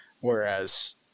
whereas